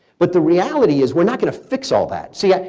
but the reality is we're not going to fix all that. see, yeah